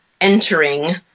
entering